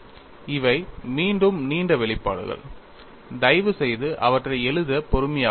இவை மீண்டும் நீண்ட வெளிப்பாடுகள் தயவுசெய்து அவற்றை எழுத பொறுமையாக இருங்கள்